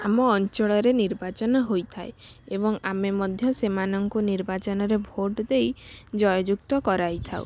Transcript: ଆମ ଅଞ୍ଚଳରେ ନିର୍ବାଚନ ହୋଇଥାଏ ଏବଂ ଆମେ ମଧ୍ୟ ସେମାନଙ୍କୁ ନିର୍ବାଚନରେ ଭୋଟ ଦେଇ ଜୟଯୁକ୍ତ କରାଇଥାଉ